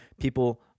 people